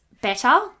better